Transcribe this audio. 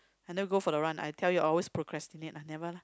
I never go for the run I tell you always procrastinate ah never lah